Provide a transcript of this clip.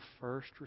first